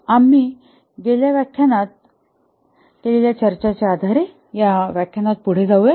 आम्ही गेल्या व्याख्यान केलेल्या चर्चेच्या आधारे या लेक्चर मध्ये पुढे जाऊया